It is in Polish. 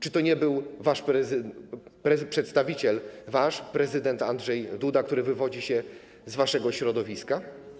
Czy to nie był wasz przedstawiciel, prezydent Andrzej Duda, który wywodzi się z waszego środowiska?